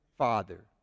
Father